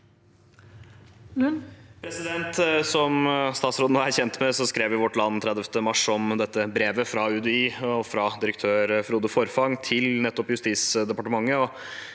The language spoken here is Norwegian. Som statsrå- den nå er kjent med, skrev Vårt Land 31. mars om dette brevet fra UDI, fra direktør Frode Forfang, til nettopp Justisdepartementet,